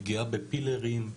פגיעה בפילרים,